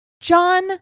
John